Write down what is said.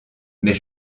mais